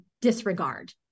disregard